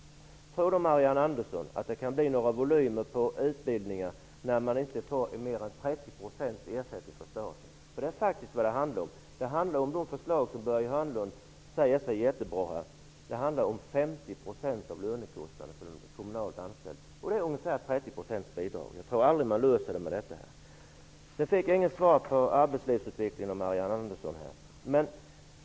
Tror Marianne Andersson att det kan bli några volymer på utbildningen när man inte får mer än 30 % ersättning från staten? Det är faktiskt vad det handlar om. Det handlar om de förslag som Börje Hörnlund säger är jättebra. Det handlar om 50 % Det är ungefär 30 % bidrag. Jag tror aldrig att detta ger en lösning. Jag fick inget svar på frågan om arbetslivsutvecklingen av Marianne Andersson.